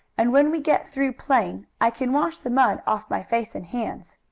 and when we get through playing i can wash the mud off my face and hands.